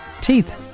teeth